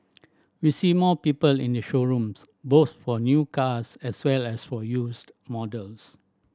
we see more people in the showrooms both for new cars as well as for used models